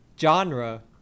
Genre